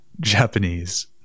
japanese